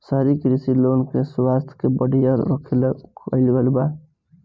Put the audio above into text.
शहरी कृषि लोगन के स्वास्थ्य के बढ़िया रखले कअ बढ़िया माध्यम बाटे